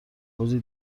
روزی